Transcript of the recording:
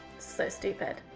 so stupid.